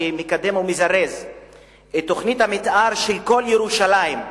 שמקדם ומזרז את תוכנית המיתאר של כל ירושלים,